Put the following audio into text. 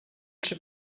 czy